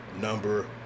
number